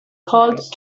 called